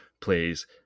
plays